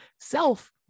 self